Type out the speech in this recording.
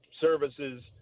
services